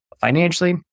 Financially